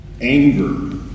anger